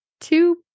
two